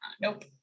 nope